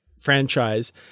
franchise